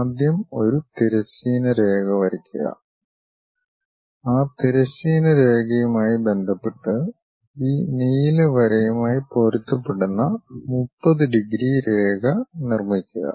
ആദ്യം ഒരു തിരശ്ചീന രേഖ വരയ്ക്കുക ആ തിരശ്ചീന രേഖയുമായി ബന്ധപ്പെട്ട് ഈ നീല വരയുമായി പൊരുത്തപ്പെടുന്ന 30 ഡിഗ്രി രേഖ നിർമ്മിക്കുക